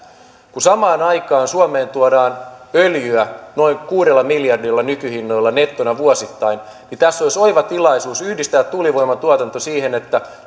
kun samaan aikaan suomeen tuodaan öljyä nykyhinnoilla noin kuudella miljardilla nettona vuosittain tässä olisi oiva tilaisuus yhdistää tuulivoimantuotanto siihen että